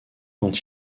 quand